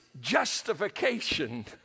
justification